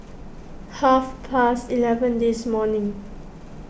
half past eleven this morning